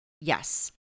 Yes